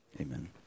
Amen